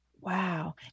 Wow